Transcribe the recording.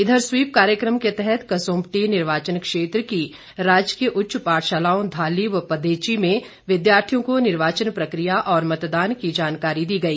इधर स्वीप कार्यकम के तहत कसुम्पटी निर्वाचन क्षेत्र की राजकीय उच्च पाठशालाओं धाली व पदेची में विद्यार्थियों को निर्वाचन प्रक्रिया और मतदान की जानकारी दी गई